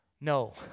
No